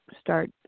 start